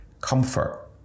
comfort